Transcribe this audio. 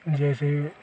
जैसे